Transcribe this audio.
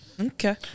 Okay